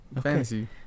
Fantasy